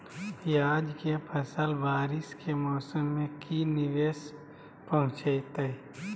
प्याज के फसल बारिस के मौसम में की निवेस पहुचैताई?